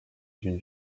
d’une